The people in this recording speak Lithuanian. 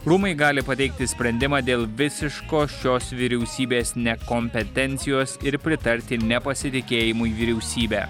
rūmai gali pateikti sprendimą dėl visiškos šios vyriausybės nekompetencijos ir pritarti nepasitikėjimui vyriausybe